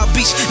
Beach